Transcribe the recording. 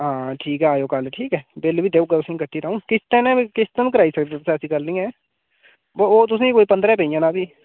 हां ठीक ऐ आएओ कल्ल ठीक ऐ बिल बी देई ओड़गा तुसें ई कट्टी री अ'ऊं किस्तां ने बी किस्ता बी कराई सकदे तुस ऐसी गल्ल नेईं ऐ बा ओह् तुसें ई कोई पंदरें पेई जाना भी